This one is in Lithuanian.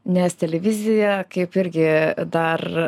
nes televizija kaip irgi dar